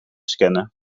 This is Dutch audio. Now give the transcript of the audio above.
scannen